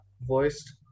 voiced